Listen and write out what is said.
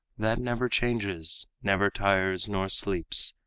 that never changes, never tires nor sleeps.